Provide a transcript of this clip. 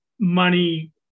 money